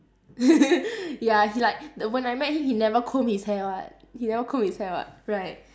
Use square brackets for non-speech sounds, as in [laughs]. [laughs] ya he like when I met him he never comb his hair [what] he never comb his hair [what] right